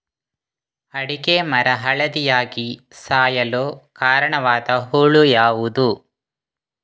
ಅಡಿಕೆ ಮರ ಹಳದಿಯಾಗಿ ಸಾಯಲು ಕಾರಣವಾದ ಹುಳು ಯಾವುದು?